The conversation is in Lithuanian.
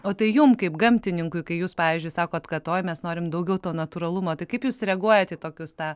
o tai jum kaip gamtininkui kai jūs pavyzdžiui sakot kad oj mes norim daugiau to natūralumo tai kaip jūs reaguojat į tokius tą